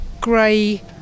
grey